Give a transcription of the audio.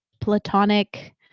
platonic